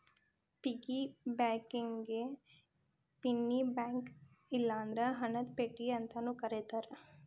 piggy ಬ್ಯಾಂಕಿಗಿ penny bank ಇಲ್ಲಂದ್ರ ಹಣದ ಪೆಟ್ಟಿಗಿ ಅಂತಾನೂ ಕರೇತಾರ